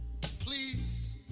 please